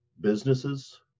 businesses